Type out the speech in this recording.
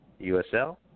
USL